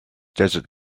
desert